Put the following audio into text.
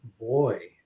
Boy